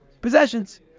Possessions